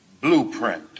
blueprint